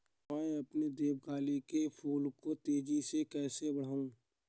मैं अपने देवकली के फूल को तेजी से कैसे बढाऊं?